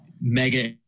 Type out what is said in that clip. mega